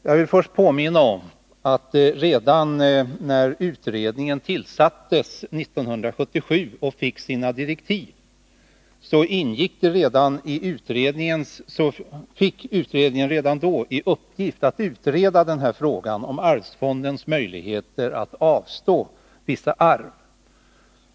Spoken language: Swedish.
Jag vill först påminna om att redan när utredningen tillsattes 1977 och fick sina direktiv fick utredningen i uppgift att utreda frågan om arvsfondens möjligheter att avstå vissa arv.